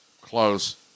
close